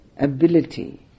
ability